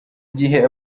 gihe